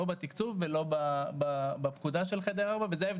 לא בתקצוב ולא בפקודה של חדר ארבע וזה גם